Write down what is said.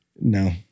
No